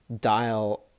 dial